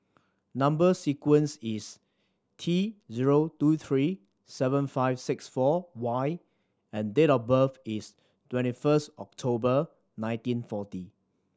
number sequence is T zero two three seven five six four Y and date of birth is twenty first October nineteen forty